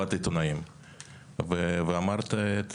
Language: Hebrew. ואמרת את